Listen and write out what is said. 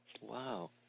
Wow